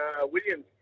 Williams